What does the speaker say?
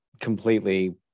completely